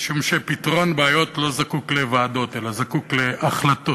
משום שפתרון בעיות לא זקוק לוועדות אלא זקוק להחלטות.